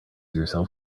yourself